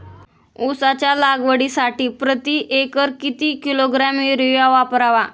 उसाच्या लागवडीसाठी प्रति एकर किती किलोग्रॅम युरिया वापरावा?